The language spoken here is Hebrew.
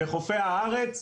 בחופי הארץ,